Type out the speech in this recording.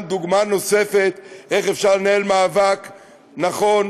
דוגמה נוספת איך אפשר לנהל מאבק נכון,